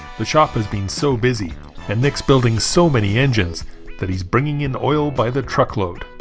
the shop has been so busy and nick's building so many engines that he's bringing in the oil by the truckload